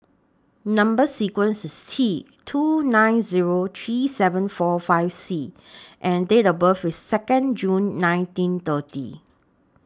Number sequence IS T two nine Zero three seven four five C and Date of birth IS Second June nineteen thirty